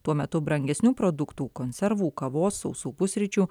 tuo metu brangesnių produktų konservų kavos sausų pusryčių